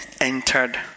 entered